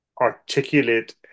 articulate